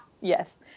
Yes